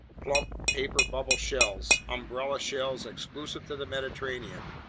plump paper-bubble shells, umbrella shells exclusive to the mediterranean,